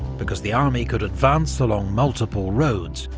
because the army could advance along multiple roads,